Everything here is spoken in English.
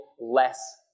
less